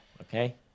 okay